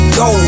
go